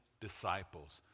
disciples